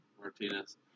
Martinez